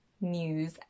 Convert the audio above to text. news